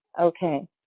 okay